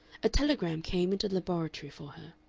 a telegram came into the laboratory for her.